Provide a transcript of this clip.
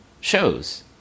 shows